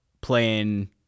playing